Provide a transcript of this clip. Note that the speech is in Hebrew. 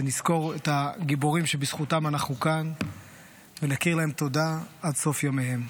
שנזכור את הגיבורים שבזכותם אנחנו כאן ונכיר להם תודה עד סוף ימיהם.